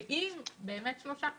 ואם שלושה חודשים,